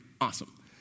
Awesome